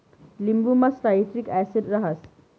लिंबुमा citric acid रहास